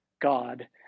God